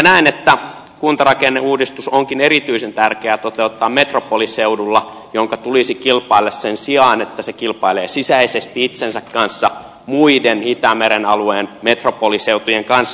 näen että kuntarakenneuudistus onkin erityisen tärkeä toteuttaa metropoliseudulla jonka tulisi kilpailla sen sijaan että se kilpailee sisäisesti itsensä kanssa muiden itämeren alueen metropoliseutujen kanssa